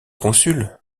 consul